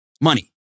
money